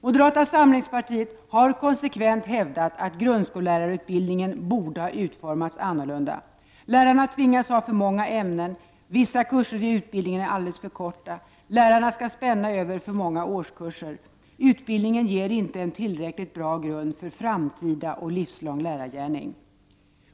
Moderata samlingspartiet har konsekvent hävdat att grundskollärarutbildningen borde ha utformats annorlunda. Lärarna tvingas ha för många ämnen. Vissa kurser i utbildningen är alldeles för korta. Lärarna skall spänna över för många årskurser. Utbildningen ger inte en tillräckligt bra grund för framtida och livslång lärargärning.